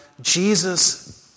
Jesus